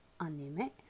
anime